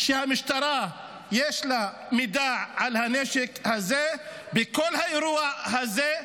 שלמשטרה יש מידע על הנשק הזה ועל כל האירוע הזה,